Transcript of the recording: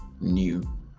new